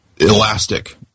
elastic